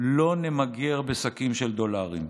לא נמגר בשקים של דולרים.